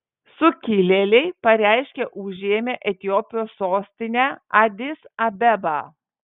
sukilėliai pareiškė užėmę etiopijos sostinę adis abebą